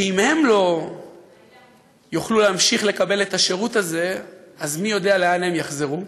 שאם הם לא יוכלו להמשיך לקבל את השירות הזה אז מי יודע לאן הם יחזרו.